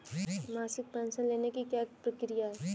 मासिक पेंशन लेने की क्या प्रक्रिया है?